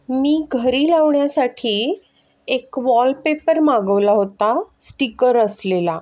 मी घरी लावण्यासाठी एक वॉलपेपर मागवला होता स्टिकर असलेला